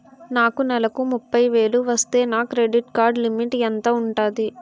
నాకు నెలకు ముప్పై వేలు వస్తే నా క్రెడిట్ కార్డ్ లిమిట్ ఎంత ఉంటాది?